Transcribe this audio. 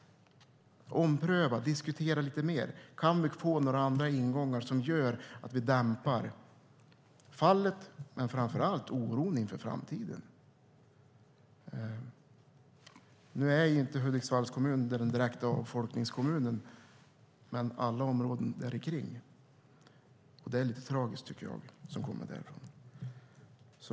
Ompröva och diskutera lite mer! Kan vi få några andra ingångar som gör att vi dämpar fallet och framför allt oron inför framtiden? Hudiksvall är inte direkt en avfolkningskommun, men alla områden däromkring är det. Det är lite tragiskt, tycker jag som kommer därifrån.